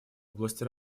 области